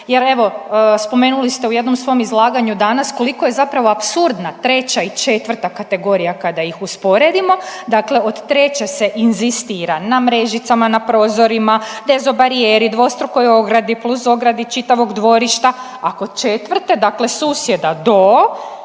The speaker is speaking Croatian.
Jer evo spomenuli ste u jednom svom izlaganju danas koliko je zapravo apsurdna treća i četvrta kategorija kada ih usporedimo. Dakle, od treće se inzistira na mrežicama na prozorima, …/Govornica se ne razumije./… barijeri, dvostrukoj ogradi plus ogradi čitavog dvorišta. A kod četvrte, dakle susjeda do